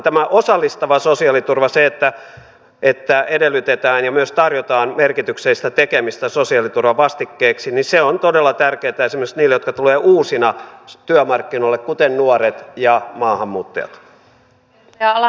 tämä osallistava sosiaaliturva se että edellytetään ja myös tarjotaan merkityksellistä tekemistä sosiaaliturvan vastikkeeksi on todella tärkeätä esimerkiksi niille jotka tulevat uusina työmarkkinoille kuten nuoret ja maahanmuuttajat